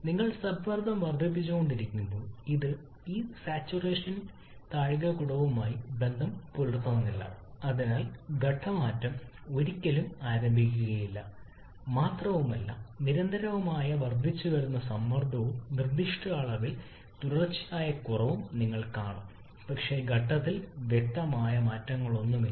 നിങ്ങൾ സമ്മർദ്ദം വർദ്ധിപ്പിച്ചുകൊണ്ടിരിക്കുമ്പോൾ ഇത് ഈ സാച്ചുറേഷൻ താഴികക്കുടവുമായി സമ്പർക്കം പുലർത്തുന്നില്ല അതിനാൽ ഘട്ടം മാറ്റം ഒരിക്കലും ആരംഭിക്കുകയില്ല മാത്രമല്ല നിരന്തരമായ വർദ്ധിച്ചുവരുന്ന സമ്മർദ്ദവും നിർദ്ദിഷ്ട അളവിൽ തുടർച്ചയായ കുറവും നിങ്ങൾ കാണും പക്ഷേ ഘട്ടത്തിൽ വ്യക്തമായ മാറ്റമൊന്നുമില്ല